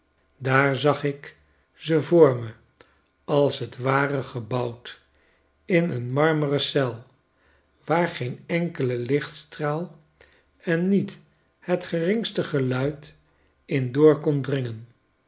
daar zag ik ze voor me als t ware gebouwd in een marmeren eel waar geen enkele lichtstraal en niet het geringste geluid in doorkon dringen